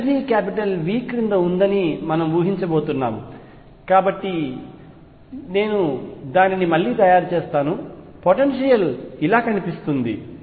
energy V క్రింద ఉందని మనము ఊహించబోతున్నాము కాబట్టి నేను దానిని మళ్లీ గీస్తాను పొటెన్షియల్ ఇలా కనిపిస్తుంది